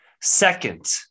Second